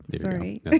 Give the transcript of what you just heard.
sorry